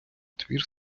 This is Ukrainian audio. твір